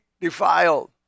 defiled